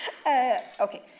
Okay